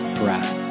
breath